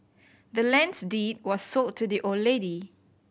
the land's deed was sold to the old lady